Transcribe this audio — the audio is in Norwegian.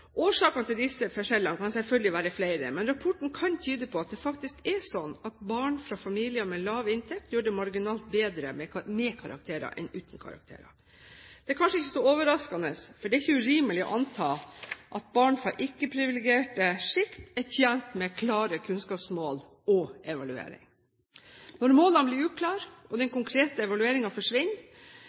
til disse forskjellene kan selvfølgelig være flere, men rapporten kan tyde på at det faktisk er slik at barn fra familier med lav inntekt gjør det marginalt bedre med karakterer enn uten karakterer. Det er kanskje ikke så overraskende, for det er ikke urimelig å anta at barn fra ikke-privilegerte sjikt er tjent med klare kunnskapsmål og evaluering. Når målene blir uklare og den konkrete evalueringen forsvinner,